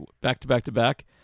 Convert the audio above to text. back-to-back-to-back